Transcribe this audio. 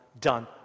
done